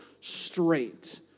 straight